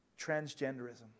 Transgenderism